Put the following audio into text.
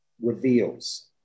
reveals